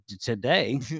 today